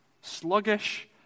Sluggish